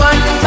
One